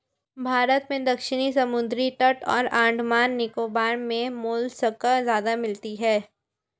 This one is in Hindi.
भारत में दक्षिणी समुद्री तट और अंडमान निकोबार मे मोलस्का ज्यादा मिलती है